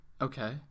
Okay